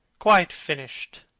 quite finished,